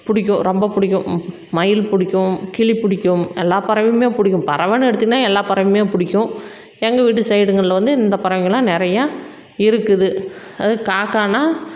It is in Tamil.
பிடிக்கும் ரொம்ப பிடிக்கும் மயில் பிடிக்கும் கிளி பிடிக்கும் எல்லா பறவைங்களும் பிடிக்கும் பறவைனு எடுத்திங்கன்னா எல்லா பறவையும் பிடிக்கும் எங்கள் வீட்டு சைடுகள்ல வந்து இந்த பறவைங்கள்லாம் நிறையா இருக்குது அதுவும் காக்கானா